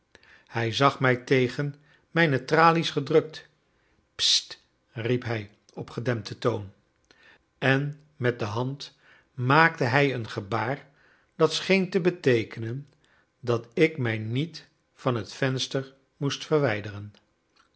hij zag mij tegen mijne tralies gedrukt st riep hij op gedempten toon en met de hand maakte hij een gebaar dat scheen te beteekenen dat ik mij niet van het venster moest verwijderen